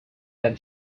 then